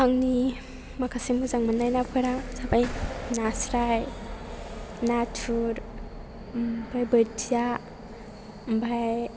आंनि माखासे मोजां मोननाय नाफोरा जाबाय नास्राय नाथुर ओमफ्राय बोथिया ओमफ्राय